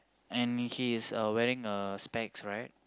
and he is uh wearing a specs right